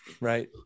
right